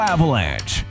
Avalanche